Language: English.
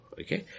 okay